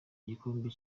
igikombe